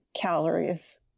calories